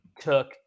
took